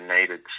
needed